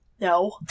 No